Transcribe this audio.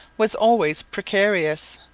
was always precarious.